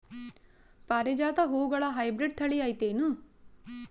ಪಾರಿಜಾತ ಹೂವುಗಳ ಹೈಬ್ರಿಡ್ ಥಳಿ ಐತೇನು?